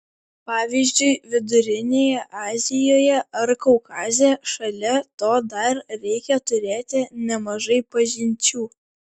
pavyzdžiui vidurinėje azijoje ar kaukaze šalia to dar reikia turėti nemažai pažinčių